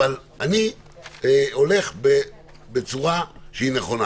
אני הולך בצורה שהיא נכונה.